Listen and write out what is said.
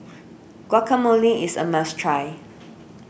Guacamole is a must try